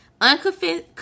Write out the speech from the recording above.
Unconfessed